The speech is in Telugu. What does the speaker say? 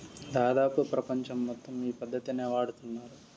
దాదాపు ప్రపంచం మొత్తం ఈ పద్ధతినే వాడుతున్నారు